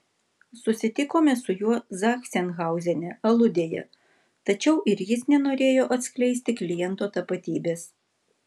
susitikome su juo zachsenhauzene aludėje tačiau ir jis nenorėjo atskleisti kliento tapatybės